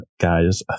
guys